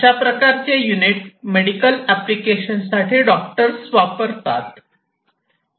अशाप्रकारचे unit medical application साठी doctors वापरतात